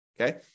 okay